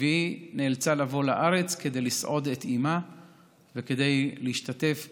והיא נאלצה לבוא לארץ כדי לסעוד את אימה וכדי להשתתף בהלוויה,